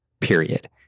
period